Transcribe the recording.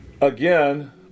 again